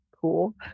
cool